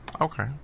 Okay